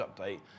update